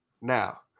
Now